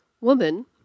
Woman